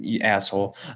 asshole